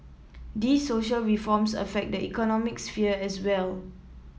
these social reforms affect the economic sphere as well